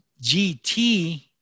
GT